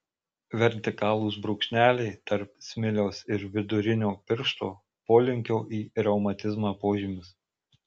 vertikalūs brūkšneliai tarp smiliaus ir vidurinio piršto polinkio į reumatizmą požymis